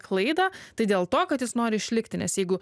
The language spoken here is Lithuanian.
klaidą tai dėl to kad jis nori išlikti nes jeigu